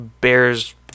Bears